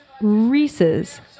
Reese's